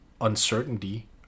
uncertainty